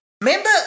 Remember